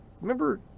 Remember